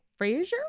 Frasier